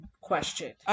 Question